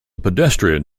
pedestrian